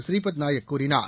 ஸ்ரீபத் நாயக் கூறினார்